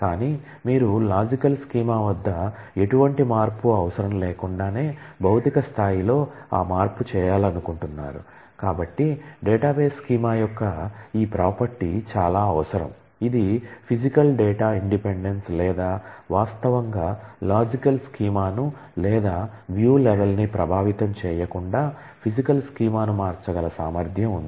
కానీ మీరు logical schema ను మార్చగల సామర్థ్యం ఉంది